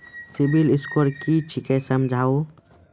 Civil score कि छियै समझाऊ?